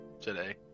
today